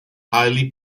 highly